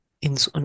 ins